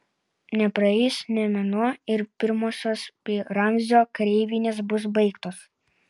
nepraeis nė mėnuo ir pirmosios pi ramzio kareivinės bus baigtos